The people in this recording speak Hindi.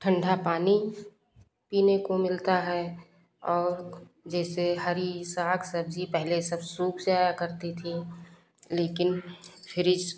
ठंडा पानी पीने को मिलता है और जैसे हरी शाक सब्जी पहले सब सूख जाया करती थी लेकिन फ्रिज